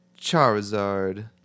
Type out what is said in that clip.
charizard